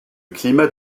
climat